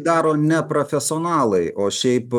daro ne profesionalai o šiaip